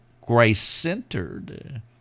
grace-centered